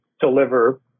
deliver